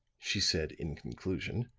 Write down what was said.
she said in conclusion,